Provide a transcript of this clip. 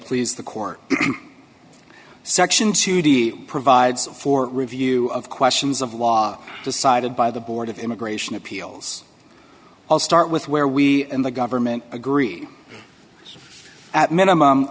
please the court section two d provides for review of questions of law decided by the board of immigration appeals i'll start with where we in the government agree at minimum